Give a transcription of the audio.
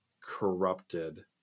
corrupted